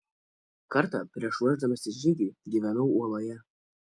kartą prieš ruošdamasis žygiui gyvenau uoloje